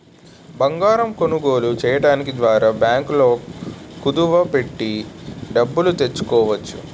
బంగారం కొనుగోలు చేయడం ద్వారా బ్యాంకుల్లో కుదువ పెట్టి డబ్బులు తెచ్చుకోవచ్చు